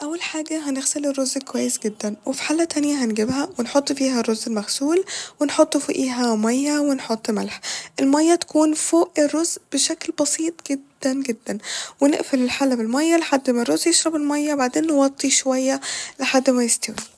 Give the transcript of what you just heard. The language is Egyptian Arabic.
اول حاجة هنغسل الرز كويس جدا وف حلة تانية هنجبها ونحط فيها الرز المغسول ونحط فوقيها مية ونحط ملح ، المية تكون فوق الرز بشكل بسيط جدا جدا ، ونقفل الحلة بالمية لحد ما الرز يشرب المية بعدين نوطي شوية لحد ما يستوي